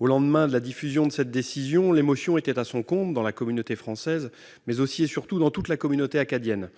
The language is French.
Au lendemain de la diffusion de cette décision, l'émotion était à son comble dans la communauté française, mais aussi et surtout dans toute la communauté acadienne.